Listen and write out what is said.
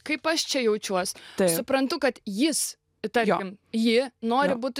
kaip aš čia jaučiuos taip suprantu kad jis tarkim ji nori būt